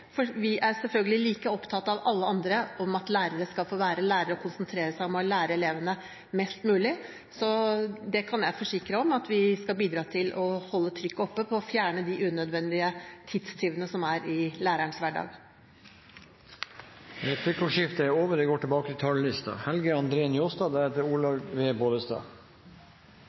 viktig. Vi er selvfølgelig like opptatt som alle andre av at lærere skal få være lærere og konsentrere seg om å lære elevene mest mulig. Så det kan jeg forsikre om at vi skal bidra til – å holde trykket oppe på å fjerne de unødvendige tidstyvene som er i lærerens hverdag. Replikkordskiftet er omme. Eg synest tala til kongen var spesielt god i år. Eg har, som mange andre,